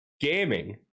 gaming